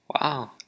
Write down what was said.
Wow